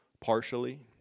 partially